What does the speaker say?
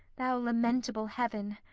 thou lamentable heaven!